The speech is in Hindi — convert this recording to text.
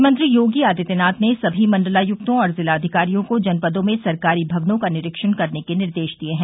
मुख्यमंत्री योगी आदित्यनाथ ने सभी मंडलायुक्तों और जिलाधिकारियों को जनपदों में सरकारी भवनों का निरीक्षण करने के निर्देश दिये हैं